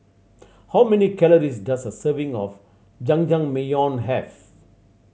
how many calories does a serving of Jajangmyeon have